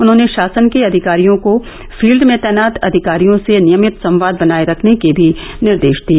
उन्होंने शासन के अधिकारियों को फील्ड में तैनात अधिकारियों से नियमित संवाद बनाए रखने के भी निर्देश दिए